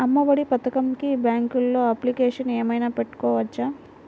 అమ్మ ఒడి పథకంకి బ్యాంకులో అప్లికేషన్ ఏమైనా పెట్టుకోవచ్చా?